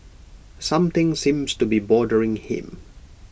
something seems to be bothering him